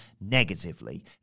negatively